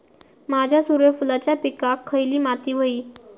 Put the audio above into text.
माझ्या सूर्यफुलाच्या पिकाक खयली माती व्हयी?